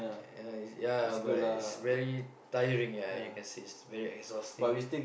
yeah yeah but it's very tiring yeah you can say it's very exhausting